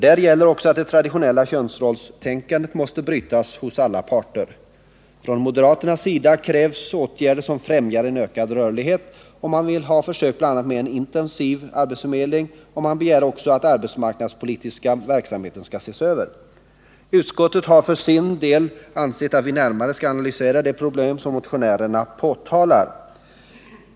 Där gäller också att det traditionella könsrollstänkandet måste brytas hos alla parter. Från moderaternas sida krävs åtgärder som främjar en ökad rörlighet, och man vill ha försök med bl.a. mer intensiv arbetsförmedling och begär också att den arbetsmarknadspolitiska verksamheten skall ses över. Utskottet har för sin del ansett att vi inte nu närmare skall analysera de problem som motionärerna påtalar.